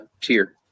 tier